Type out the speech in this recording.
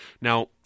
now